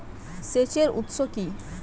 সেচের উৎস কি?